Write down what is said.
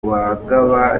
uwagaba